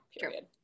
Period